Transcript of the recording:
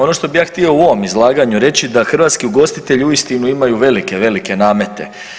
Ono što bih ja htio u ovom izlaganju reći da hrvatski ugostitelji uistinu imaju velike, velike namete.